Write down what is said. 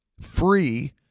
free